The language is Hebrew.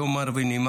יום מר ונמהר,